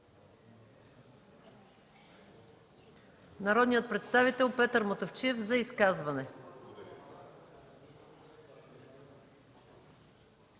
Народният представител Жельо Бойчев – за изказване.